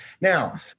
Now